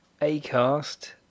Acast